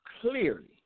clearly